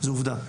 זו עובדה.